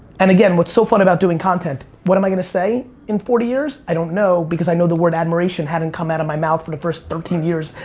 and again what's so fun about doing content. what am i gonna say in forty years? i don't know, because i know the word admiration hadn't come out of my mouth for the first thirteen years.